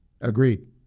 Agreed